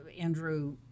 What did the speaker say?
andrew